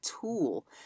tool